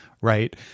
Right